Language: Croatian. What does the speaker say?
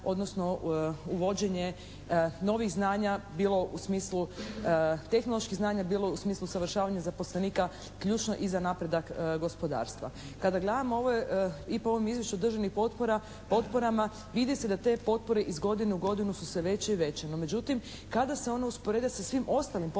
odnosno uvođenje novih znanja bilo u smislu, tehnoloških znanja bilo u smislu usavršavanja zaposlenika ključno i za napredak gospodarstva. Kada gledamo i po ovom izvješću državnih potpora, potporama, vidi se da te potpore iz godine u godinu su sve veće i veće. No, međutim, kada se one usporede sa svim ostalim potporama